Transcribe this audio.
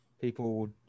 People